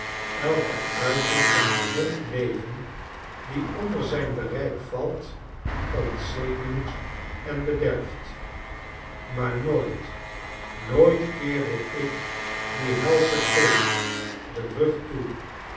elke uiting van gezond leven die onder zijn bereik valt ontzenuwt en bederft maar nooit nooit keerde ik dien helschen geest den rug toe